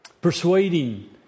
persuading